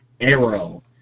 Arrow